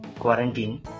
quarantine